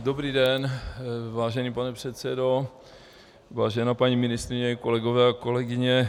Dobrý den, vážený pane předsedo, vážená paní ministryně, kolegyně a kolegové.